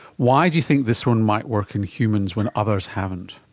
why do you think this one might work in humans when others haven't?